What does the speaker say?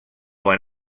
van